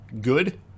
good